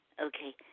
Okay